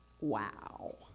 Wow